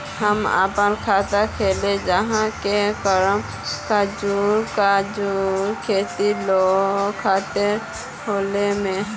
हम अपन खाता खोले चाहे ही कोन कागज कागज पत्तार लगते खाता खोले में?